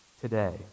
today